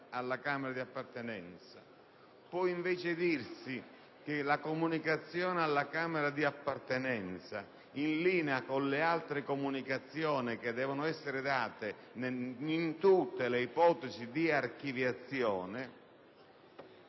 può, invece, dirsi che la comunicazione alla Camera di appartenenza, in linea con le altre comunicazioni che devono essere date in tutte le ipotesi di archiviazione,